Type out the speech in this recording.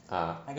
ah